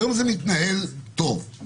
היום זה מתנהל טוב.